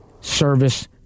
service